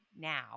now